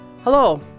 Hello